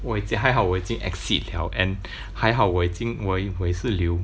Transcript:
我已经还好我已经 exceed liao and 还好我已经我我也是留